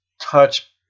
touch